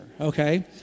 okay